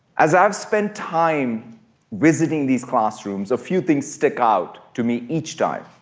as i've spent time visiting these classrooms, a few things stick out to me each time.